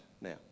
now